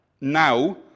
now